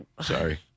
Sorry